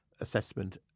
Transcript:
assessment